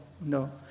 no